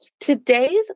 Today's